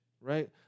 right